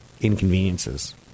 inconveniences